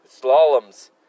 slaloms